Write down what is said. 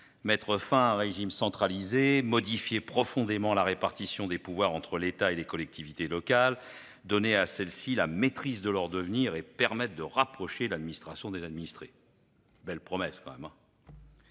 mettre fin à un régime centralisé »,« modifier profondément la répartition des pouvoirs entre l'État et les collectivités locales », donner à celles-ci la « maîtrise de leur devenir » et permettre de « rapprocher l'administration des administrés ». Belle promesse ! D'ailleurs,